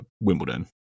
Wimbledon